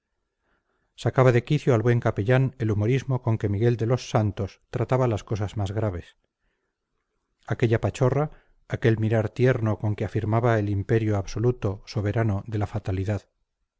mente sacaba de quicio al buen capellán el humorismo con que miguel de los santos trataba las cosas más graves aquella pachorra aquel mirar tierno con que afirmaba el imperio absoluto soberano de la fatalidad